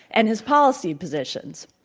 and his policy positions.